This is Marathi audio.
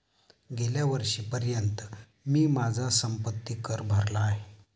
गेल्या वर्षीपर्यंत मी माझा संपत्ति कर भरला आहे